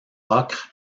ocre